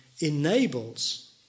enables